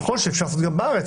נכון שאפשר לעשות גם בארץ,